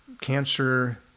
cancer